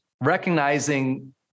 recognizing